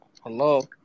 Hello